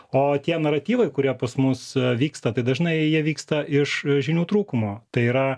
o tie naratyvai kurie pas mus vyksta tai dažnai jie vyksta iš žinių trūkumo tai yra